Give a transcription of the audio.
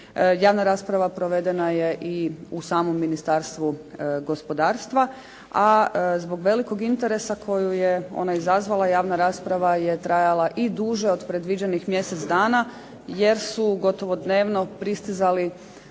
javna rasprava provedena je u samom Ministarstvu gospodarstva, a zbog velikog interesa koju je ona izazvala javna rasprava je trajala i duže od predviđenih mjesec dana jer su gotovo dnevno pristizali